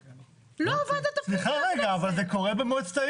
סליחה, זה קורה במועצת העיר.